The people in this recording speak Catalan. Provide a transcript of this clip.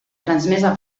transmesa